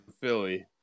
Philly